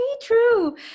true